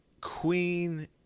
queen